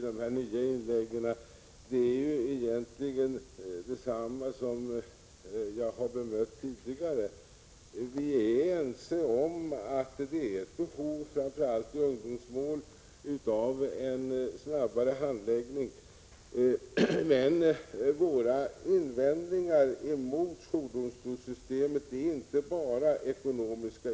Herr talman! Vad som har sagts i dessa nya inlägg är detsamma som det jag har bemött tidigare. Vi är ense om att det finns ett behov, framför allt i ungdomsmål, av en snabbare handläggning. Men våra invändningar mot jourdomstolssystemet är inte bara ekonomiska.